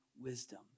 wisdom